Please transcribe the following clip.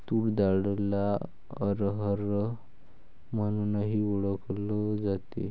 तूर डाळला अरहर म्हणूनही ओळखल जाते